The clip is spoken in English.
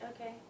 okay